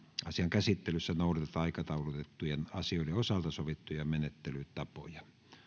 asian käsittelyssä noudatetaan aikataulutettujen asioiden osalta sovittuja menettelytapoja